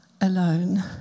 alone